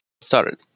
started